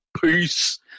Peace